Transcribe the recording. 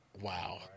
Wow